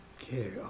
Okay